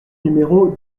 numéro